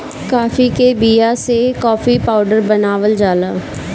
काफी के बिया से काफी पाउडर बनावल जाला